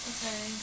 Okay